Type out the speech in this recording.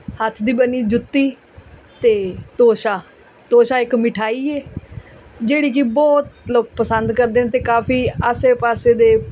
ਹੱਥ ਦੀ ਬਣੀ ਜੁੱਤੀ ਅਤੇ ਤੋਸ਼ਾ ਤੋਸ਼ਾ ਇੱਕ ਮਿਠਾਈ ਹੈ ਜਿਹੜੀ ਕਿ ਬਹੁਤ ਲੋਕ ਪਸੰਦ ਕਰਦੇ ਨੇ ਅਤੇ ਕਾਫੀ ਆਸੇ ਪਾਸੇ ਦੇ